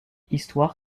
histoire